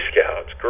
Scouts